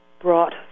brought